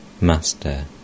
Master